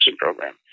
program